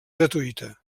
gratuïta